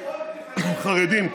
חרדים,